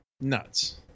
nuts